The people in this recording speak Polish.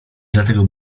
dlatego